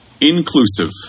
inclusive